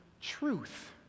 truth